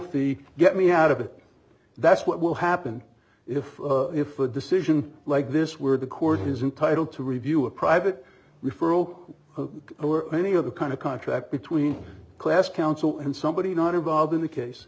fee get me out of it that's what will happen if if a decision like this were to court his entitle to review a private referral or any of the kind of contract between class counsel and somebody not involved in the case